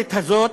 בכנסת הזאת